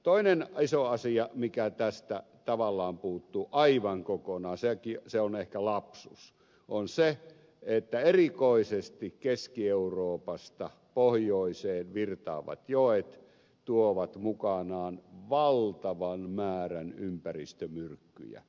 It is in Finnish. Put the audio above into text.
toinen iso asia mikä tästä tavallaan puuttuu aivan kokonaan se on ehkä lapsus on se että erikoisesti keski euroopasta pohjoiseen virtaavat joet tuovat mukanaan valtavan määrän ympäristömyrkkyjä